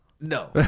no